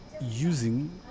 using